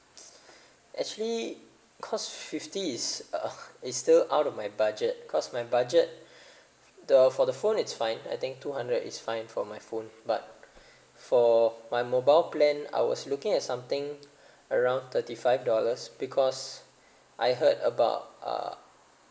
actually cause fifty is uh it's still out of my budget cause my budget the for the phone is fine I think two hundred is fine for my phone but for my mobile plan I was looking at something around thirty five dollars because I heard about uh